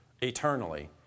eternally